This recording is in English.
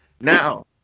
Now